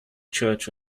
church